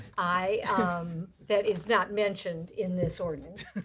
i that is not mentioned in this ordinance,